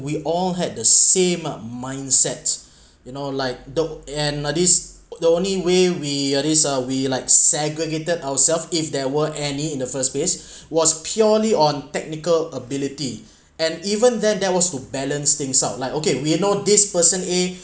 we all had the same mindset you know like the and uh this the only way we are this uh we like segregated ourselves if there were any in the first place was purely on technical ability and even then there was to balance things out like okay we know this person a